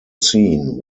scene